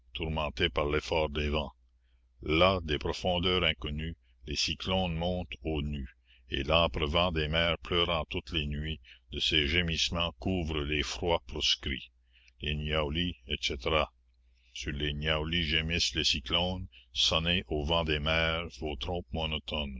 tourmentés par l'effort des vents là des profondeurs inconnues les cyclones montent aux nues et l'âpre vent des mers pleurant toutes les nuits de ses gémissements couvre les froids proscrits les niaoulis etc sur les niaoulis gémissent les cyclones sonnez ô vents des mers vos